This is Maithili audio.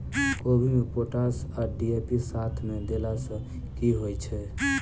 कोबी मे पोटाश आ डी.ए.पी साथ मे देला सऽ की होइ छै?